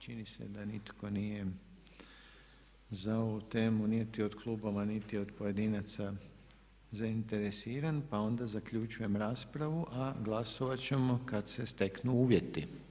Čini se da nitko nije za ovu temu niti od klubova niti od pojedinaca zainteresiran pa onda zaključujem raspravu a glasovat ćemo kad se steknu uvjeti.